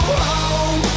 home